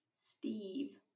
Steve